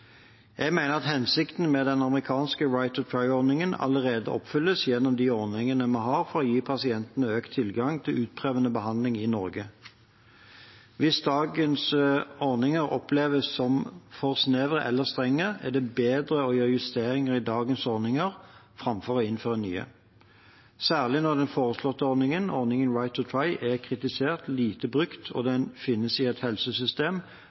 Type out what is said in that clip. Jeg mener at hensikten med den amerikanske «right to try»-ordningen allerede oppfylles gjennom de ordningene vi har for å gi pasientene økt tilgang til utprøvende behandling i Norge. Hvis dagens ordninger oppleves som for snevre eller strenge, er det bedre å gjøre justeringer i dagens ordninger framfor å innføre nye, særlig når den foreslåtte ordningen, ordningen «right to try», er kritisert, lite brukt og finnes i et helsesystem